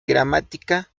gramática